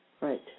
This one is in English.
Right